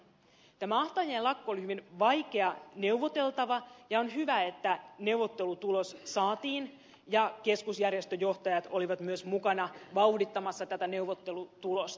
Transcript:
tämä ahtaajien lakko oli hyvin vaikea neuvoteltava ja on hyvä että neuvottelutulos saatiin ja keskusjärjestöjohtajat olivat myös mukana vauhdittamassa tätä neuvottelutulosta